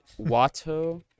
Watto